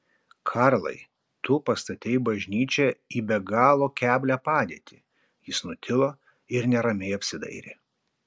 karlai tu pastatei bažnyčią į be galo keblią padėtį jis nutilo ir neramiai apsidairė